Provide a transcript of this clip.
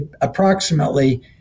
approximately